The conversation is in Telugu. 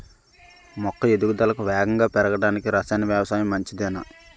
మొక్క ఎదుగుదలకు వేగంగా పెరగడానికి, రసాయన వ్యవసాయం మంచిదేనా?